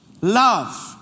Love